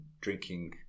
drinking